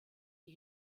die